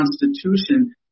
Constitution